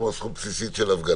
כמו זכות בסיסית של הפגנה?